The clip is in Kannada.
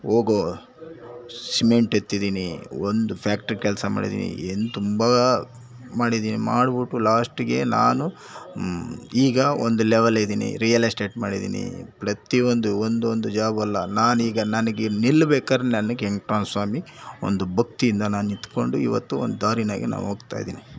ಹೋಗೋ ಸಿಮೆಂಟ್ ಎತ್ತಿದ್ದೀನಿ ಒಂದು ಫ್ಯಾಕ್ಟ್ರಿ ಕೆಲಸ ಮಾಡಿದ್ದೀನಿ ಏನು ತುಂಬ ಮಾಡಿದ್ದೀನಿ ಮಾಡ್ಬಿಟ್ಟು ಲಾಸ್ಟಿಗೆ ನಾನು ಈಗ ಒಂದು ಲೆವೆಲಿದ್ದೀನಿ ರಿಯಲ್ ಎಸ್ಟೇಟ್ ಮಾಡಿದ್ದೀನಿ ಪ್ರತಿಯೊಂದು ಒಂದೊಂದು ಜಾಬ್ ಅಲ್ಲ ನಾನು ಈಗ ನನಗೆ ನಿಲ್ಬೇಕಾದ್ರೆ ನನಗೆ ಆ ಸ್ವಾಮಿ ಒಂದು ಭಕ್ತಿಯಿಂದ ನಾನು ನಿಂತ್ಕೊಂಡು ಇವತ್ತು ಒಂದು ದಾರಿನಾಗೆ ನಾನು ಹೋಗ್ತಾಯಿದ್ದೀನಿ